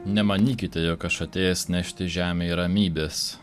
nemanykite jog aš atėjęs nešti žemei ramybės